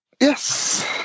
Yes